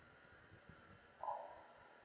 oh